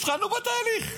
התחלנו בתהליך,